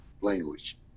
language